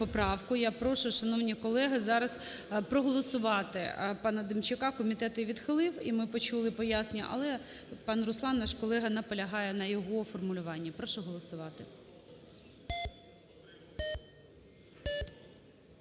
я прошу, шановні колеги, зараз проголосувати пана Демчака. Комітет її відхилив, і ми почули пояснення. Але пан Руслан, наш колега, наполягає на його формулюванні. Прошу голосувати.